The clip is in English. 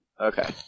Okay